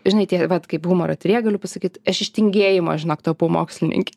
žinai tie vat kaip humoro tyrėja galiu pasakyt aš iš tingėjimo žinok tapau mokslininke